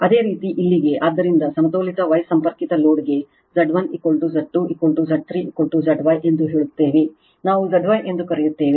ಅದೇ ರೀತಿ ಇಲ್ಲಿಗೆ ಆದ್ದರಿಂದ ಸಮತೋಲಿತ Y ಸಂಪರ್ಕಿತ ಲೋಡ್ಗೆ Z1 Z2 Z 3 Z Y ಎಂದು ಹೇಳುತ್ತೇವೆ ನಾವು Z Y ಎಂದು ಕರೆಯುತ್ತೇವೆ